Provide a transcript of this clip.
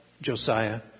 Josiah